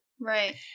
Right